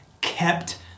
kept